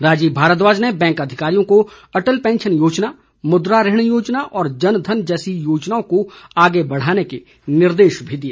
राजीव भारद्वाज ने बैंक अधिकारियों को अटल पैंशन योजना मुद्रा ऋण और जनधन जैसी योजनाओं को आगे बढ़ाने के निर्देश भी दिए